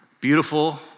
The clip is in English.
beautiful